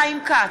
חיים כץ,